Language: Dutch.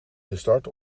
gestart